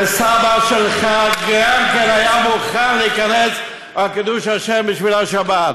וסבא שלך גם הוא היה מוכן להיכנס על קידוש השם בשביל השבת.